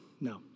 no